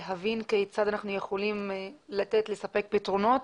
להבין כיצד אנחנו יכולים לספק פתרונות